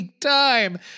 time